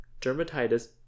dermatitis